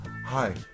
Hi